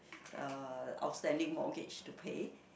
uh outstanding mortgage to pay